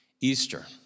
Easter